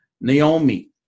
Naomi